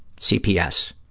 cps,